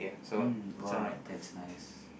mm !wow! that's nice